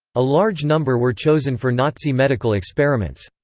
a large number were chosen for nazi medical experiments.